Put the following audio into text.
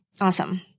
Awesome